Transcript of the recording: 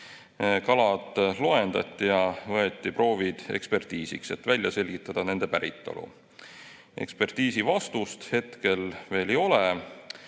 Kalad loendati ja võeti proovid ekspertiisiks, et välja selgitada nende päritolu. Ekspertiisi vastust hetkel veel ei ole.